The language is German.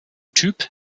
typ